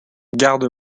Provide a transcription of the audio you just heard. garde